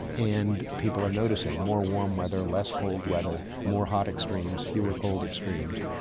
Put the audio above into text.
and people are noticing more warm weather, less cold weather, more hot extremes, fewer cold extremes,